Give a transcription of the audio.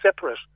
separate